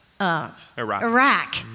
Iraq